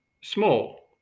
small